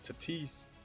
Tatis